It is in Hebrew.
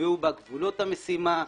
נקבעו בה גבולות המשימה,